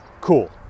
Cool